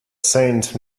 saint